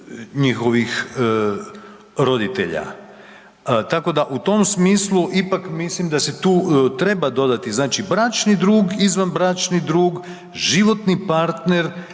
njihovih roditelja, tako da u tom smislu ipak mislim da se tu treba dodati znači bračni drug, izvanbračni drug, životni partner